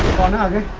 another